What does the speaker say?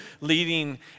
leading